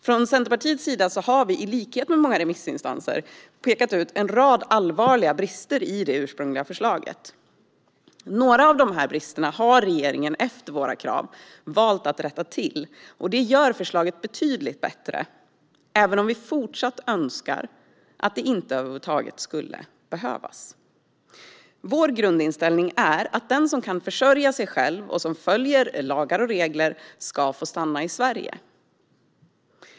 Från Centerpartiets sida har vi, i likhet med många remissinstanser, pekat ut en rad allvarliga brister i det ursprungliga förslaget. Några av de här bristerna har regeringen efter våra krav valt att rätta till, och det gör förslaget betydligt bättre, även om vi fortsatt önskar att det över huvud taget inte skulle behövas. Vår grundinställning är att den som kan försörja sig själv och som följer lagar och regler ska få stanna i Sverige.